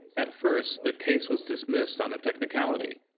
at first their case was dismissed on a technicality,